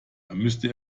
müsste